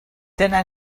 dyna